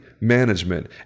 management